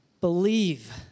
believe